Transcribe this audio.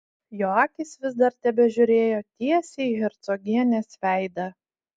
jo akys vis dar tebežiūrėjo tiesiai į hercogienės veidą